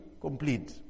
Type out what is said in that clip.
complete